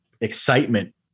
excitement